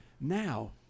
Now